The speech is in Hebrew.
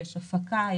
יש הפקה,